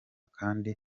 kandi